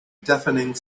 deafening